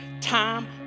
Time